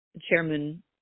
chairman